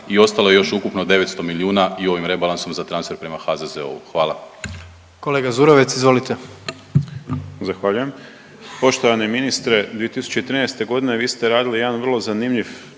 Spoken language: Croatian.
i ostalo je još ukupno 900 milijuna i ovim rebalansom za transfer prema HZOO-u. Hvala.